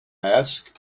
asked